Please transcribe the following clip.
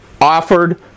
offered